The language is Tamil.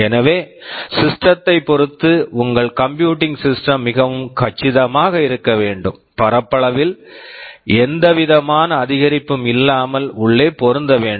எனவே சிஸ்டம் system த்தைப் பொறுத்து உங்கள் கம்ப்யூட்டிங் சிஸ்டம் computing system மிகவும் கச்சிதமாக இருக்க வேண்டும் பரப்பளவில் எந்தவிதமான அதிகரிப்பும் இல்லாமல் உள்ளே பொருந்த வேண்டும்